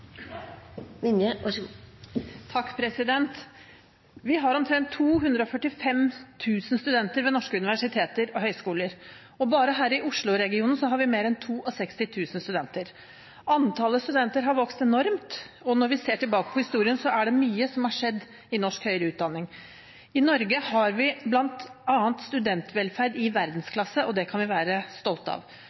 Vi har omtrent 245 000 studenter ved norske universiteter og høyskoler, og bare her i Oslo-regionen har vi mer enn 62 000 studenter. Antallet studenter har vokst enormt, og når vi ser tilbake på historien, er det mye som har skjedd i norsk høyere utdanning. I Norge har vi bl.a. studentvelferd i verdensklasse, og det kan vi være stolte av.